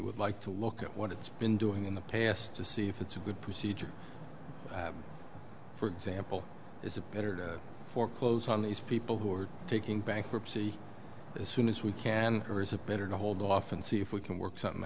would like to look at what it's been doing in the past to see if it's a good procedure for example is a better to foreclose on these people who are taking bankruptcy as soon as we can or is it better to hold off and see if we can work something